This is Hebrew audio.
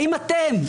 האם אתם,